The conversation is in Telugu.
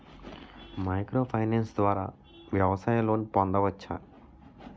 మైక్రో ఫైనాన్స్ ద్వారా వ్యవసాయ లోన్ పొందవచ్చా?